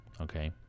Okay